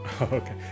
Okay